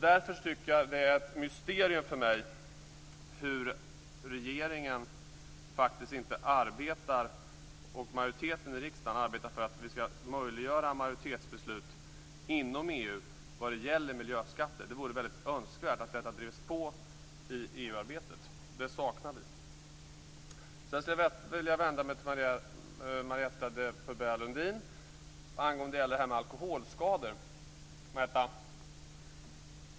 Därför är det ett mysterium för mig att regeringen och majoriteten i riksdagen faktiskt inte arbetar för att möjliggöra majoritetsbeslut inom EU vad gäller miljöskatter. Det vore väldigt önskvärt att detta drevs på i EU-arbetet. Det saknar vi. Sedan skulle jag vilja vända mig till Marietta de Pourbaix-Lundin angående det här med alkoholskador.